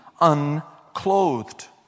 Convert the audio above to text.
unclothed